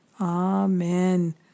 Amen